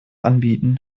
anbieten